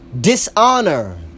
dishonor